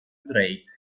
drake